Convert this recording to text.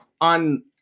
on